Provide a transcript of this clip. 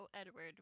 Edward